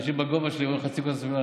אנשים בגובה שלי רואים חצי כוס מלאה,